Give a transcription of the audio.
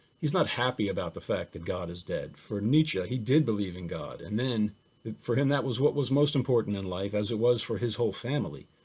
he's not happy about the fact that god is dead. for nietzsche, he did believe in god and then for him that was what was most important in life, as it was for his whole family.